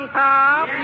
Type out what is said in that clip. top